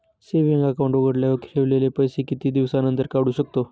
Saving account उघडल्यावर ठेवलेले पैसे किती दिवसानंतर काढू शकतो?